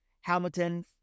hamilton